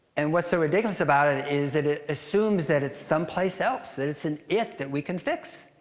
and what's so ridiculous about it is that it assumes that it's someplace else, that it's an it that we can fix.